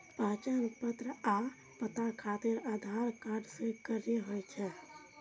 पहचान पत्र आ पता खातिर आधार कार्ड स्वीकार्य होइ छै